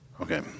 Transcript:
Okay